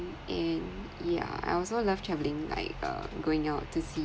and yeah I also love travelling like uh going out to see